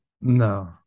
No